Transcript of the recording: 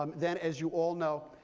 um then, as you all know,